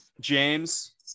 james